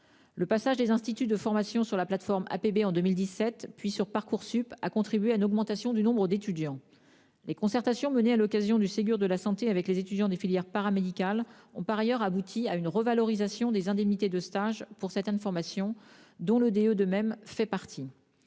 Le passage des instituts de formation sur la plateforme APB en 2017, puis sur Parcoursup, a contribué à une augmentation du nombre d'étudiants. Les concertations menées dans le cadre du Ségur de la santé avec les étudiants des filières paramédicales ont par ailleurs abouti à une revalorisation des indemnités de stage pour certaines formations, dont le diplôme d'État